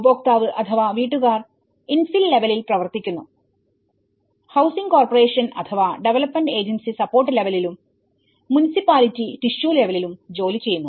ഉപഭോക്താവ് അഥവാ വീട്ടുകാർ ഇൻഫിൽ ലെവലിൽ പ്രവർത്തിക്കുന്നു ഹൌസിങ് കോർപ്പറേഷൻ അഥവാ ഡെവലപ്പ്മെന്റ് ഏജൻസി സപ്പോർട്ട് ലെവലിലും മുനിസിപാലിറ്റി ടിഷ്യൂ ലെവലിലും ജോലി ചെയ്യുന്നു